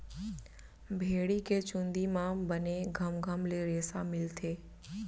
भेड़ी के चूंदी म बने घमघम ले रेसा मिलथे